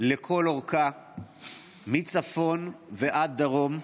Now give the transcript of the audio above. לכל אורכה מצפון ועד דרום.